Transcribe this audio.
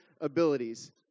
abilities